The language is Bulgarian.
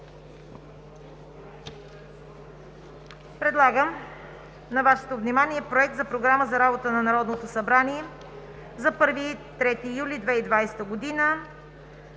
предлагам на Вашето внимание Проект за програма за работата на Народното събрание за 1 – 3 юли 2020 г.: